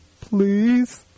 please